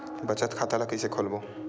बचत खता ल कइसे खोलबों?